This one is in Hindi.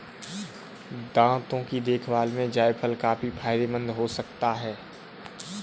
दांतों की देखभाल में जायफल काफी फायदेमंद हो सकता है